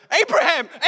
Abraham